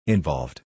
Involved